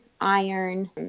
iron